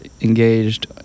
engaged